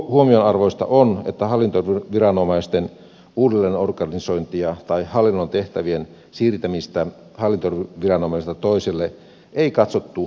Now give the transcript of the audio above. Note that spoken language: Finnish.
huomionarvoista on että hallintoviranomaisten uudelleenorganisointia tai hallinnon tehtävien siirtämistä hallintoviranomaiselta toiselle ei ole katsottu liikkeenluovutukseksi